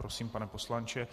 Prosím, pane poslanče.